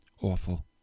Awful